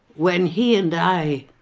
when he and i